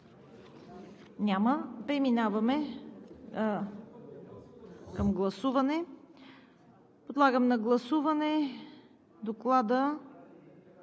Няма. Преминаваме към гласуване. Подлагам на гласуване